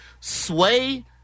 Sway